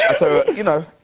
yeah so, you know,